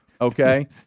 okay